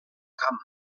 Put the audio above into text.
camp